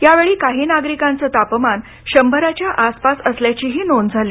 यावेळी काही नागरिकांचं तापमान शंभराच्या आसपास असल्याचीही नोंद झाली